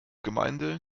gemeinde